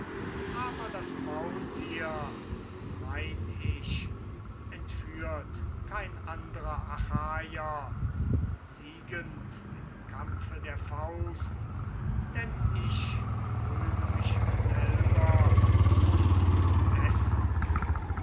aber das maultier mein ich entführt kein andrer achaier siegend im kampfe der faust denn ich rühme mich selber dem besten